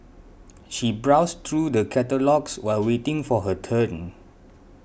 she browsed through the catalogues while waiting for her turn